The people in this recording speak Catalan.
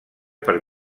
per